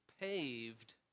paved